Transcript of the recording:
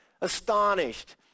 astonished